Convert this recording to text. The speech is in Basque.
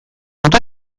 ondo